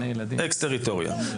אקס-טריטוריה.